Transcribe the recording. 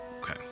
Okay